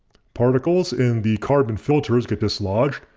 particles in the carbon filters get dislodged.